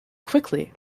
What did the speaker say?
quickly